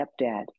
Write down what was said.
stepdad